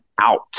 out